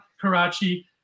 Karachi